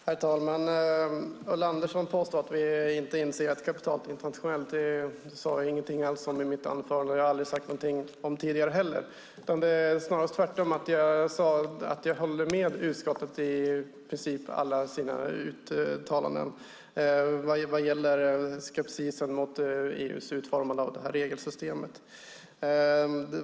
Herr talman! Ulla Andersson påstår att vi inte inser att kapital är internationellt. Men det sade jag ingenting alls om i mitt anförande, och jag har aldrig sagt något om det tidigare heller. Det är snarare tvärtom. Jag sade att jag håller med utskottet om i princip alla dess uttalanden vad gäller skepsisen mot EU:s utformande av det här regelsystemet.